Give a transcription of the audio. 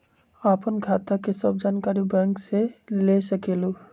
आपन खाता के सब जानकारी बैंक से ले सकेलु?